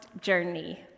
journey